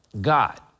God